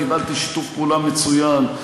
קיבלתי שיתוף פעולה מצוין,